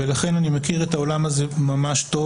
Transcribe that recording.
ולכן אני מכיר את העולם הזה ממש טוב